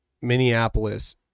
Minneapolis